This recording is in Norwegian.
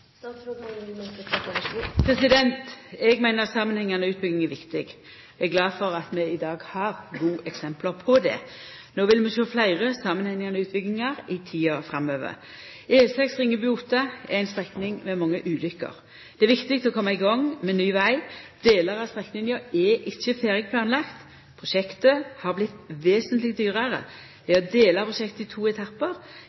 Eg meiner samanhengande utbygging er viktig. Eg er glad for at vi i dag har gode eksempel på det. No vil vi sjå fleire samanhengande utbyggingar i tida framover. E6 Ringebu–Otta er ei strekning med mange ulukker. Det er viktig å koma i gang med ny veg. Delar av strekninga er ikkje ferdig planlagde. Prosjektet har vorte vesentleg dyrare.